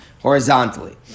horizontally